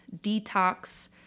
detox